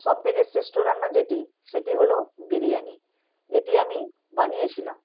সবথেকে শ্রেষ্ঠ রান্না যেটি সেটি হলো বিরিয়ানি এটি আমি বানিয়েছিলাম